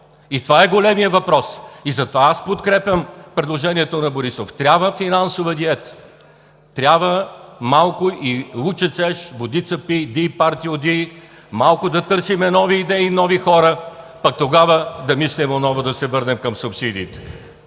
Това е големият въпрос. Затова аз подкрепям предложението на Борисов – трябва финансова диета! Трябва малко: „И лучец еж, водица пий“! Дий, Партийо, дий! Малко да търсим нови идеи и нови хора, пък тогава да мислим отново да се върнем към субсидиите.